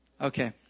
Okay